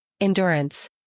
endurance